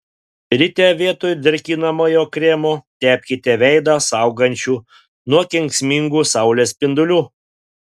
ryte vietoj drėkinamojo kremo tepkite veidą saugančiu nuo kenksmingų saulės spindulių